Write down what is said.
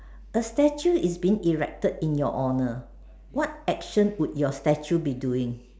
a statue is been erected in your honour what action will your statue be doing